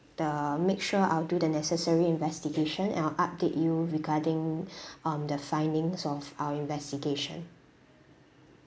the make sure I'll do the necessary investigation and I'll update you regarding um the findings of our investigation